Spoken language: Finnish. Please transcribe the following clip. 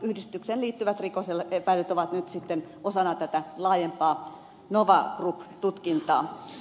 yhdistykseen liittyvät rikosepäilyt ovat nyt sitten osana tätä laajempaa nova group tutkintaa